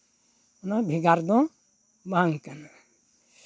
ᱚᱱᱟ ᱵᱷᱮᱜᱟᱨ ᱫᱚ ᱵᱟᱝ ᱠᱟᱱᱟ